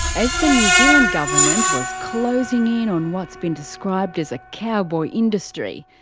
as the new zealand government was closing in on what's been described as a cowboy industry,